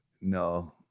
no